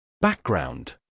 Background